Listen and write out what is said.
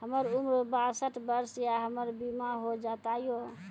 हमर उम्र बासठ वर्ष या हमर बीमा हो जाता यो?